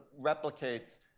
replicates